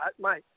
mate